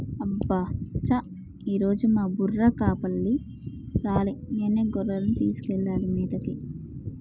అబ్బ చా ఈరోజు మా బుర్రకపల్లి రాలే నేనే గొర్రెలను తీసుకెళ్లాలి మేతకి